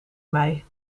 mij